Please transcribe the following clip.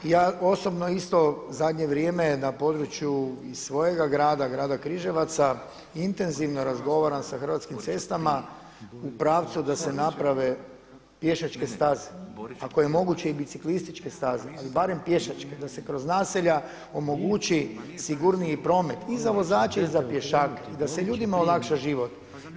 I ja osobno isto u zadnje vrijeme na području svojega grada, grada Križevaca intenzivno razgovaram sa Hrvatskim cestama u pravcu da se naprave pješačke staze, ako je moguće i biciklističke staze, ali barem pješačke da se kroz naselja omogući sigurniji promet i za vozače i za pješake, da se ljudima olakša život.